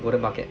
我的 market